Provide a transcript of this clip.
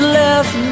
left